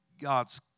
God's